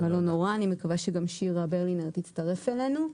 אני מקווה שגם שירה ברלינר תצטרף אלינו.